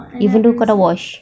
even though kau dah wash